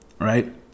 Right